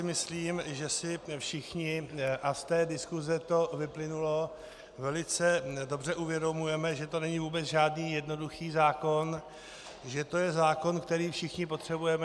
Myslím si, že si všichni a z té diskuse to vyplynulo velice dobře uvědomujeme, že to není vůbec žádný jednoduchý zákon, že to je zákon, který všichni potřebujeme.